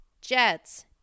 Jets